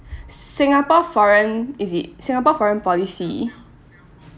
singapore foreign is it singapore foreign policy